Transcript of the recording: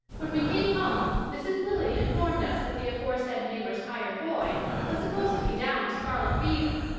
when we came home mrs. lilly informed us that the aforesaid neighbor's hired boy was supposed to be down with scarlet fever.